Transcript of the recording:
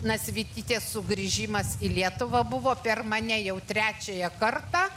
nasvytytės sugrįžimas į lietuvą buvo per mane jau trečiąją kartą